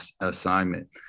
assignment